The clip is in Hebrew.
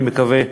אני מקווה.